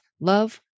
love